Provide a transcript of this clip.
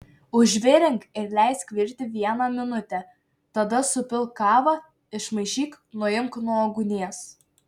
užvirink ir leisk virti vieną minutę tada supilk kavą išmaišyk nuimk nuo ugnies